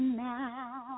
now